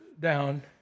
down